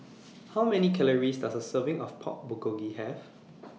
How Many Calories Does A Serving of Pork Bulgogi Have